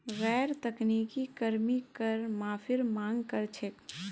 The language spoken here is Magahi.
गैर तकनीकी कर्मी कर माफीर मांग कर छेक